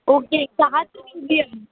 okay सहा